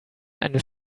eines